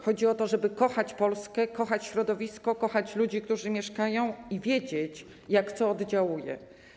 Chodzi o to, żeby kochać Polskę, kochać środowisko, kochać ludzi, którzy mieszkają, i wiedzieć, jak co oddziałuje.